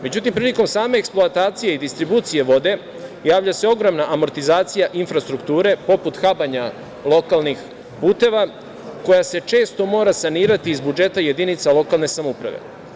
Međutim, prilikom same eksploatacije i distribucije vode javlja se ogromna amortizacija infrastrukture, poput habanja lokalnih puteva, koja se često mora sanirati iz budžeta jedinica lokalne samouprave.